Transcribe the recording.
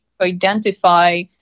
identify